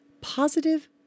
positive